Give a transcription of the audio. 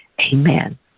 Amen